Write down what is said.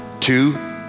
two